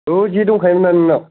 थौ जे दंखायो ना नोंनाव